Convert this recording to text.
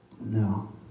no